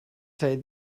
said